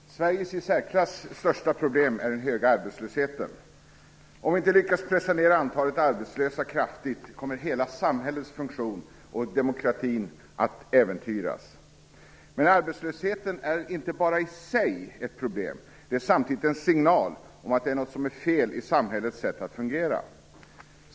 Herr talman! Sveriges i särklass största problem är den höga arbetslösheten. Om vi inte lyckas pressa ner antalet arbetslösa kraftigt, kommer hela samhällets funktion och demokratin att äventyras. Men arbetslösheten är inte bara i sig ett problem, den är samtidigt en signal om att det är något som är fel i samhällets sätt att fungera.